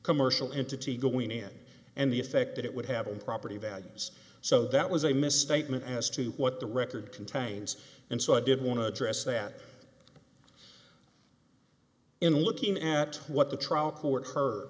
commercial entity going in and the effect that it would have on property values so that was a misstatement as to what the record contains and so i did want to address that in looking at what the trial court her